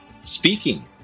speaking